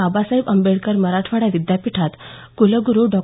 बाबासाहेब आंबेडकर मराठवाडा विद्यापीठात कुलगुरू डॉ